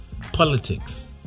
politics